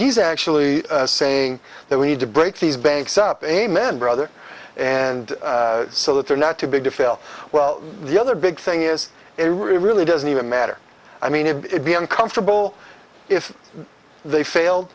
he's actually saying that we need to break these banks up amen brother and so that they're not too big to fail well the other big thing is they really doesn't even matter i mean if it be uncomfortable if they fail